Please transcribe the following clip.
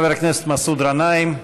חבר הכנסת מסעוד גנאים.